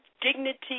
dignity